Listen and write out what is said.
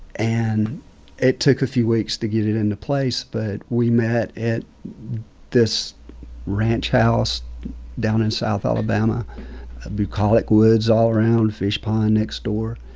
and it took a few weeks to get it into place, but we met at this ranch house down in south alabama bucolic woods all around, fishpond next door.